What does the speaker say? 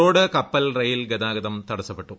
road കപ്പൽ rail ഗതാഗതം തടസ്സപ്പെട്ടു